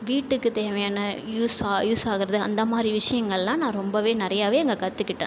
வீட்டுக்கு தேவையான யூஸ்ஸா யூஸாகிறது அந்த மாதிரி விஷயங்கள்லாம் நான் ரொம்பவே நிறையாவே அங்கே கற்றுக்கிட்டேன்